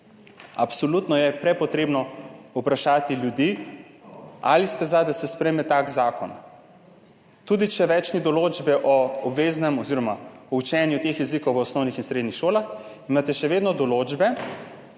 Absolutno je prepotrebno vprašati ljudi, ali ste za, da se sprejme tak zakon. Tudi če ni več določbe o učenju teh jezikov v osnovnih in srednjih šolah, imate še vedno določbe,